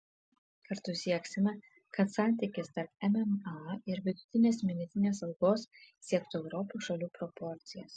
kartu sieksime kad santykis tarp mma ir vidutinės mėnesinės algos siektų europos šalių proporcijas